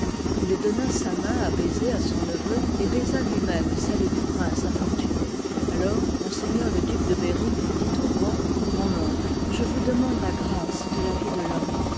il donna sa main à baiser à son neveu liv ii et baisa lui-même celle du prince infortuné alors m le duc de berry dit au roi mon oncle je vous demande la grâce de la vie de thomme